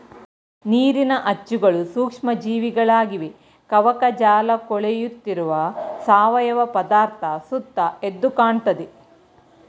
ನೀರಿನ ಅಚ್ಚುಗಳು ಸೂಕ್ಷ್ಮ ಜೀವಿಗಳಾಗಿವೆ ಕವಕಜಾಲಕೊಳೆಯುತ್ತಿರುವ ಸಾವಯವ ಪದಾರ್ಥ ಸುತ್ತ ಎದ್ದುಕಾಣ್ತದೆ